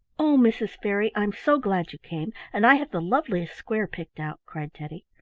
oh, mrs. fairy, i'm so glad you came, and i have the loveliest square picked out! cried teddy.